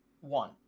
one